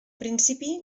principi